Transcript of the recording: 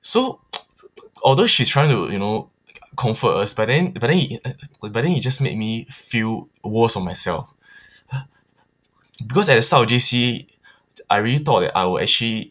so although she's trying to you know comfort us but then but then it uh but then it just make me feel worse on myself because at the start of J_C I really thought that I will actually